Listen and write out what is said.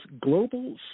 Global